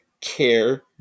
care